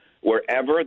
Wherever